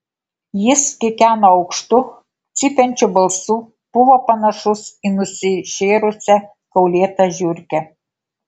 jis kikeno aukštu cypiančiu balsu buvo panašus į nusišėrusią kaulėtą žiurkę